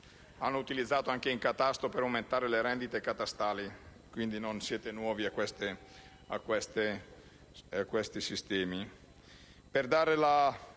l'hanno utilizzato anche in catasto per aumentare le rendite catastali, quindi non siete nuovi a questi sistemi.